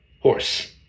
horse